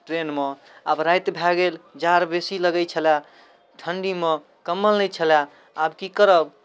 ट्रेनमे आब राति भए गेल जाड़ बेसी लगै छलय ठण्ढीमे कम्बल नहि छलय आब की करब